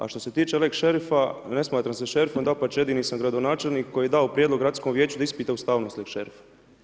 A što se tiče lex šerifa ne smatram se šerifom, dapače jedini sam gradonačelnik koji je dao prijedlog gradskom vijeću da ispita ustavnost lex šerifa.